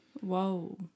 Whoa